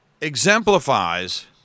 exemplifies